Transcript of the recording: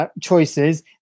Choices